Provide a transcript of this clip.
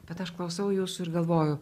bet aš klausau jūsų ir galvoju